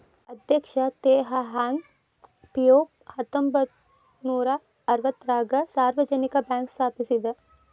ಅಧ್ಯಕ್ಷ Teh Hong Piow ಹತ್ತೊಂಬತ್ ನೂರಾ ಅರವತ್ತಾರಗ ಸಾರ್ವಜನಿಕ ಬ್ಯಾಂಕ್ ಸ್ಥಾಪಿಸಿದ